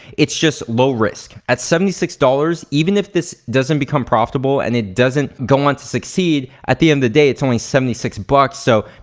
it's just low risk. at seventy six dollars even if this doesn't become profitable and it doesn't go on to succeed, at the end of the day it's only seventy six bucks so,